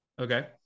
Okay